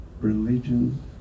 religion